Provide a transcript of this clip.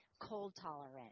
cold-tolerant